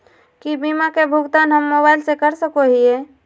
की बीमा के भुगतान हम मोबाइल से कर सको हियै?